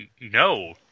no